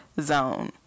zone